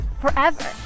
forever